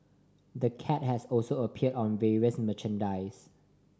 the cat has also appeared on various merchandise